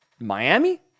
Miami